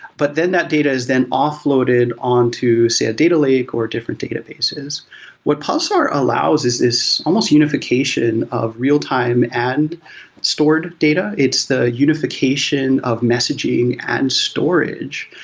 but then that data is then offloaded on to say a data lake, or different databases what pulsar allows is this almost unification of real-time and stored data. it's the unification of messaging and storage.